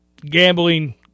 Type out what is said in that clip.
gambling